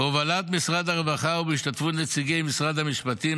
בהובלת משרד הרווחה ובהשתתפות נציגי משרד המשפטים,